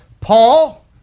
Paul